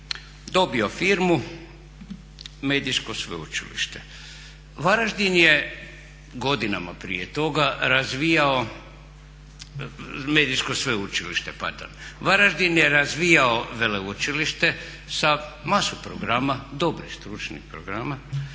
dobio firmu, Medijsko sveučilište. Varaždin je godinama prije toga razvijao Medijsko sveučilište, Varaždin je razvijao veleučilište sa masu programa, dobrih stručnih programa,